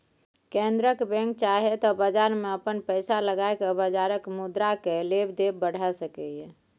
केंद्रक बैंक चाहे त बजार में अपन पैसा लगाई के बजारक मुद्रा केय लेब देब बढ़ाई सकेए